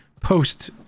post